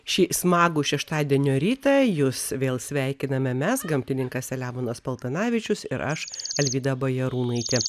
šį smagų šeštadienio rytą jus vėl sveikiname mes gamtininkas selemonas paltanavičius ir aš alvyda bajarūnaitė